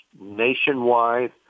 nationwide